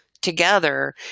together